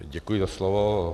Děkuji za slovo.